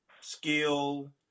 skill